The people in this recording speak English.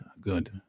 good